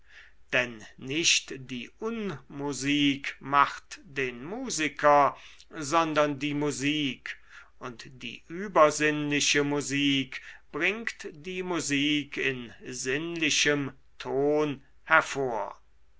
denn nicht die unmusik macht den musiker sondern die musik und die übersinnliche musik bringt die musik in sinnlichem ton hervor